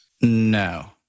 No